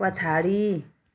पछाडी